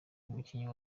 umukinnyi